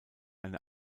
eine